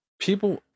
People